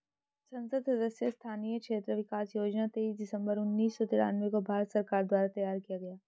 संसद सदस्य स्थानीय क्षेत्र विकास योजना तेईस दिसंबर उन्नीस सौ तिरान्बे को भारत सरकार द्वारा तैयार किया गया